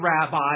rabbi